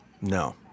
No